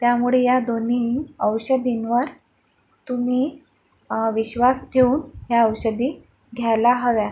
त्यामुळे या दोन्हीही औषधींवर तुम्ही विश्वास ठेवून ह्या औषधी घ्यायला हव्या